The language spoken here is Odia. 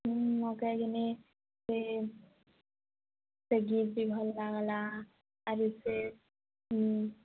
ହୁଁ ମଗା କିନି ସେ ସେ ଭଲ ଲାଗଲା ଆରୁ ସେ ହୁଁ